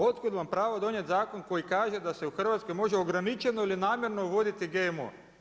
Od kud vam pravo donijeti zakon koji kaže da se u Hrvatskoj može ograničeno ili namjerno uvoditi GMO?